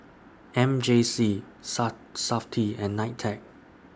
M J C Sat Safti and NITEC